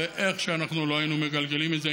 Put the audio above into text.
ואיך שלא היינו מגלגלים את זה,